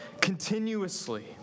continuously